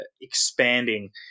expanding